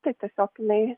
tai tiesiog jinai